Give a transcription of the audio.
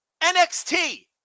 NXT